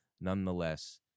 nonetheless